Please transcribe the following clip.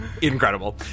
Incredible